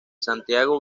santiago